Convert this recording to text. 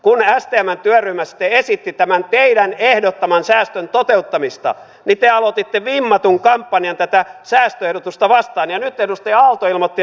kun stmn työryhmä sitten esitti tämän teidän ehdottamanne säästön toteuttamista niin te aloititte vimmatun kampanjan tätä säästöehdotusta vastaan ja nyt edustaja aalto ilmoitti että se on voimassa